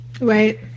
Right